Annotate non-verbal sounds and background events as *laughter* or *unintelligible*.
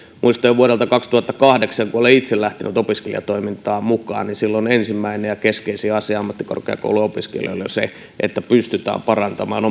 muistan jo vuodelta kaksituhattakahdeksan kun olen itse lähtenyt opiskelijatoimintaan mukaan että ensimmäinen ja keskeisin asia ammattikorkeakouluopiskelijoille oli se että pystytään parantamaan *unintelligible*